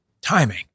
Timing